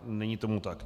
Není tomu tak.